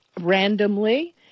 randomly